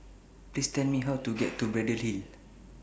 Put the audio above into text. Please Tell Me How to get to Braddell Hill